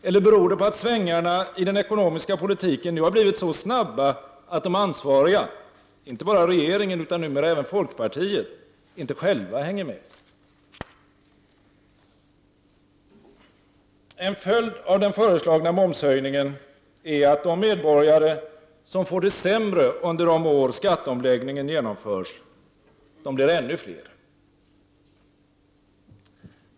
Eller beror det på att svängarna i den ekonomiska politiken nu har blivit så snabba att de ansvariga — inte bara regeringen utan numera även folkpartiet — inte själva hänger med? En följd av den föreslagna momshöjningen är att de medborgare som får det sämre under de år skatteomläggningen genomförs blir ännu fler.